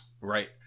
Right